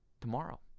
tomorrow